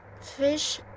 fish